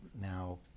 now